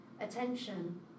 attention